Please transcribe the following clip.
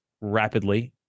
rapidly